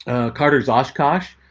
carter's oshkosh.